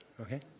okay